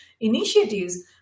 initiatives